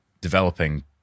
developing